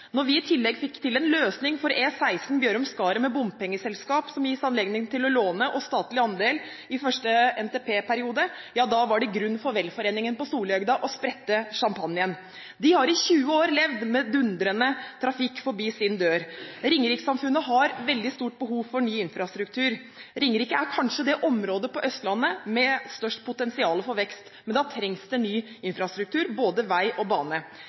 Når vi i tillegg fikk til en løsning for E16 Bjørum–Skaret med bompengeselskap som gis anledning til å låne, og statlig andel i første NTP-periode, var det grunn for velforeningen på Sollihøgda til å sprette champagnen. De har i 20 år levd med dundrende trafikk forbi sin dør. Ringerikssamfunnet har veldig stort behov for ny infrastruktur. Ringerike er kanskje det området på Østlandet med størst potensial for vekst. Men da trengs det ny infrastruktur, både vei og bane.